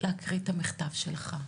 להקריא את המכתב שלך.